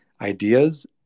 ideas